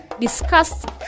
discussed